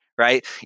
right